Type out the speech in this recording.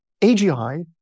AGI